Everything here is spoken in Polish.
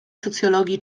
socjologii